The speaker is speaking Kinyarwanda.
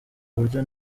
uburyo